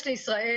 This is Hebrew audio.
יש לישראל,